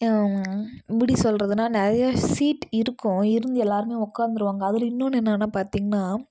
எப்படி சொல்கிறதுனா நிறையா சீட் இருக்கும் இருந்து எல்லோருமே உக்காந்துருவாங்க அதில் இன்னொன்று என்னன்னு பார்த்திங்கனா